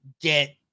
get